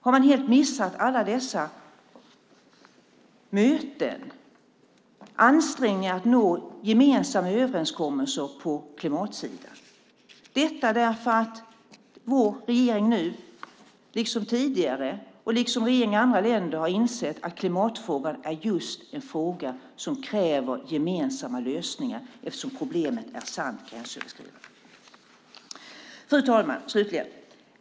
Har man helt missat alla möten och ansträngningar för att nå gemensamma överenskommelser på klimatsidan? Vår regering nu liksom tidigare, och liksom regeringar i andra länder, har insett att klimatfrågan är just en fråga som kräver gemensamma lösningar eftersom problemet är sant gränsöverskridande. Fru talman!